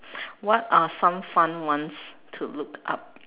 what are some fun ones to look up